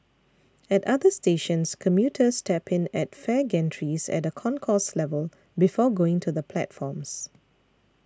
at other stations commuters tap in at fare gantries at a concourse level before going to the platforms